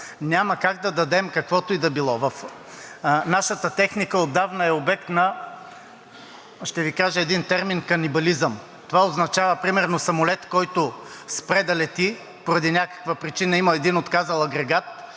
няма как да дадем каквото и да било. Нашата техника отдавна е обект, ще Ви кажа един термин, „на канибализъм“. Това означава, че примерно самолет, който спре да лети – поради някаква причина има един отказал агрегат,